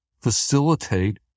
facilitate